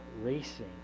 racing